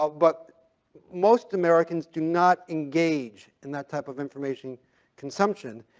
but most americans do not engage in that type of information consumption,